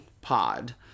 pod